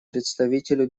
представителю